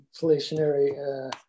inflationary